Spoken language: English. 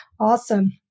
Awesome